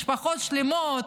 משפחות שלמות,